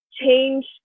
change